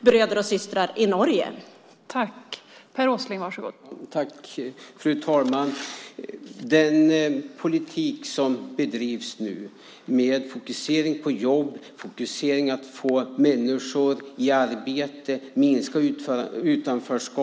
Men det kanske du kan förklara för mig här i talarstolen i dag.